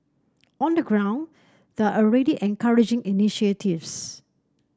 on the ground there are already encouraging initiatives